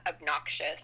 obnoxious